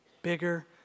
Bigger